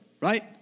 right